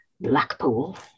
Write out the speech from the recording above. Blackpool